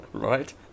Right